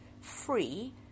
free